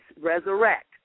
resurrect